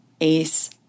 Ace